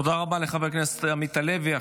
תודה רבה לחבר הכנסת עמית הלוי.